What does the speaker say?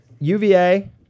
UVA